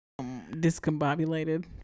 discombobulated